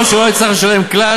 או שלא יצטרך לשלם כלל,